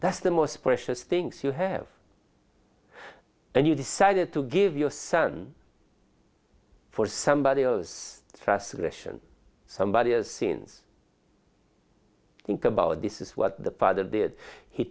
that's the most precious things you have and you decided to give your son for somebody else for a situation somebody has scenes think about this is what the father did he